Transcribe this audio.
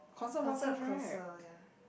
concert closer ya